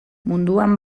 munduan